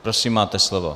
Prosím, máte slovo.